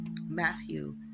Matthew